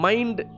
Mind